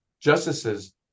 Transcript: justices